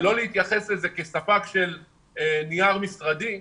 ולא להתייחס לזה כאל ספק של נייר משרדי,